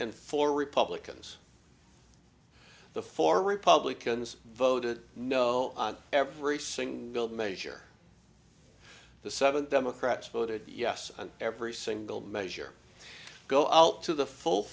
and four republicans the four republicans voted no on every single measure the seven democrats voted yes on every single measure go out to the full